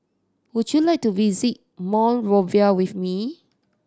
would you like to visit Monrovia with me